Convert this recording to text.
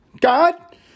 God